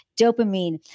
dopamine